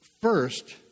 first